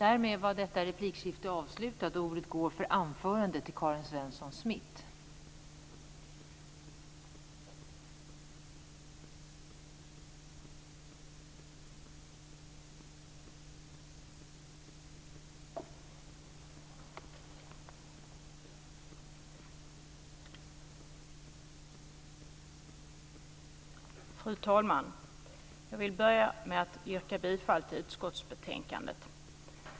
Fru talman! Jag vill börja med att yrka bifall till utskottets hemställan i betänkandet.